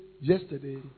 yesterday